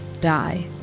die